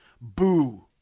Boo